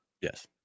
yes